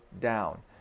down